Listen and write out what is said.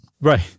Right